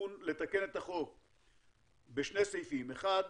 לתקן את החוק בשני סעיפים, האחד